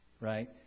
right